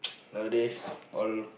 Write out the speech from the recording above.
now a days all